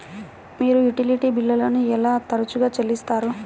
మీరు యుటిలిటీ బిల్లులను ఎంత తరచుగా చెల్లిస్తారు?